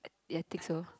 ya think so